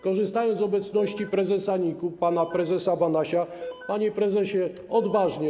Korzystając z obecności prezesa NIK-u pana prezesa Banasia: Panie prezesie, odważnie.